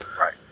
Right